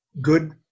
good